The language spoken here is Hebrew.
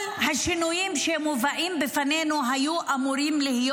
כל השינויים שמובאים בפנינו היו אמורים להיות